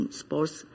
sports